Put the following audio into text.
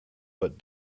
but